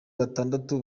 batandatu